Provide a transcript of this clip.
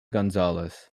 gonzalez